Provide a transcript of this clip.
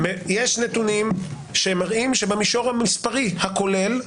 יש נתונים שמראים שבמישור המספרי הכולל,